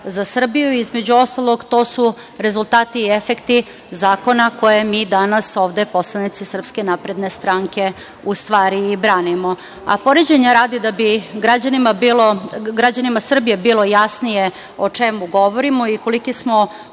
za Srbiju, između ostalog to su rezultati i efekti zakona koje mi danas ovde poslanici SNS ustvari i branimo. Poređenja radi, da bi građanima Srbije bilo jasnije, o čemu govorimo i koliki smo